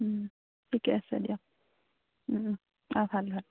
ঠিকে আছে দিয়ক অঁ ভাল ভাল